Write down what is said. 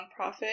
nonprofit